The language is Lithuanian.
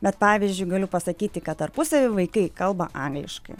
bet pavyzdžiui galiu pasakyti kad tarpusavy vaikai kalba angliškai